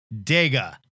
Dega